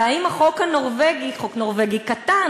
והאם החוק הנורבגי חוק נורבגי קטן,